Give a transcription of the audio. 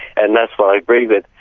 and that's what i agree with.